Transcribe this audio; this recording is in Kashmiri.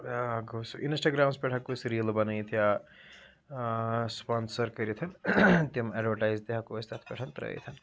گوٚو سُہ اِنَسٹاگرامَس پٮ۪ٹھ ہٮ۪کو أسۍ ریٖلہ بَنٲیِتھ یا سُپانسَر کٔرِتھ تِم ایڈوَٹایِز تہِ ہیٚکو أسۍ تَتھ پٮ۪ٹھ ترٲیِتھ